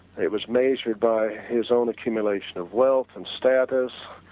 it was measured by his own accumulation of wealth and status,